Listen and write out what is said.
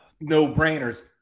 no-brainers